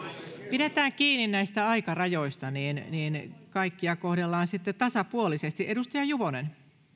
pidetään kiinni näistä aikarajoista niin kaikkia kohdellaan sitten tasapuolisesti edustaja juvonen